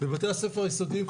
בבתי הספר היסודיים,